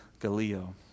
Galileo